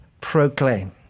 proclaim